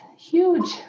Huge